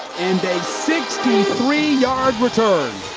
and a sixty three yard return.